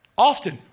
Often